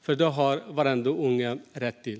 För det har varenda unge rätt till.